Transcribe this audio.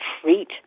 treat